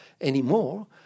anymore